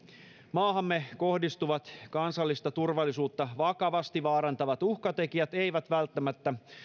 maahamme kohdistuvat kansallista turvallisuutta vakavasti vaarantavat uhkatekijät eivät välttämättä